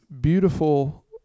beautiful